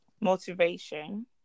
Motivation